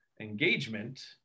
engagement